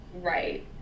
right